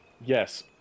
Yes